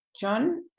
John